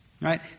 right